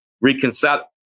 reconcile